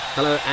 Hello